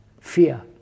fear